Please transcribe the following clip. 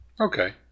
Okay